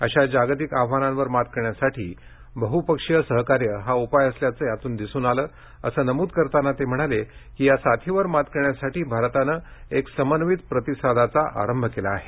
अशा जागतिक आव्हानांवर मात करण्यासाठी बहुपक्षीय सहकार्य हा उपाय असल्याचं यातून दिसून आलं असं नमूद करताना ते म्हणाले की या साथीवर मात करण्यासाठी भारतानं एक समन्वित प्रतिसादाचा आरंभ केला आहे